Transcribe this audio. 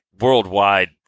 worldwide